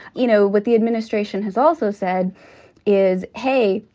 you know, what the administration has also said is, hey,